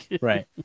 right